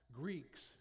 Greeks